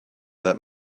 that